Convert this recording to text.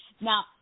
now